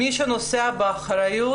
מי שנושא באחריות,